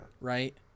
right